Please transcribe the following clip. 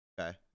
Okay